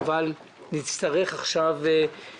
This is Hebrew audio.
ועכשיו נצטרך לדון